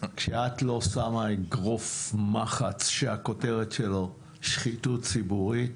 כשאת לא שמה אגרף מחץ שהכותרת שלו שחיתות ציבורית.